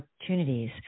opportunities